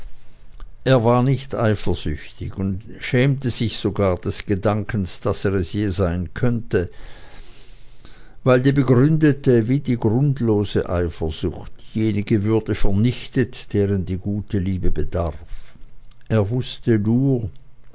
er war nicht eifersüchtig und schämte sich sogar des gedankens daß er es je sein könnte weil die begründete wie die grundlose eifersucht diejenige würde vernichtet deren die gute liebe bedarf er wußte nur